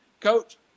Coach